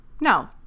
No